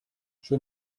she